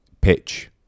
pitch